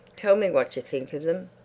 tell me what you think of them.